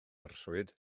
arswyd